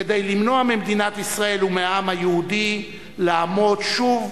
כדי למנוע ממדינת ישראל ומהעם היהודי לעמוד שוב